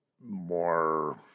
more